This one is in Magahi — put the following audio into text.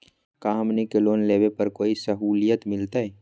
का हमनी के लोन लेने पर कोई साहुलियत मिलतइ?